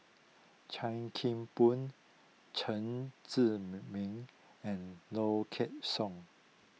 Chan Kim Boon Chen Zhiming and Low Kway Song